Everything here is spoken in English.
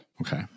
Okay